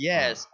Yes